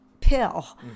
pill